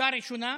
מכה ראשונה: